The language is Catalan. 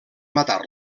matar